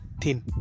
thin